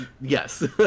Yes